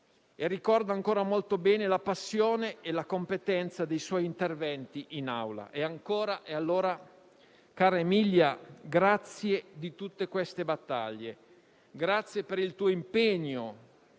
Ricordo ancora molto bene la passione e la competenza dei suoi interventi in Aula. Cara Emilia, grazie per tutte queste battaglie e per il tuo impegno